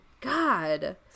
God